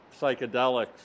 psychedelics